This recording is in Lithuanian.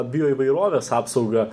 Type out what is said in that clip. bioįvairovės apsaugą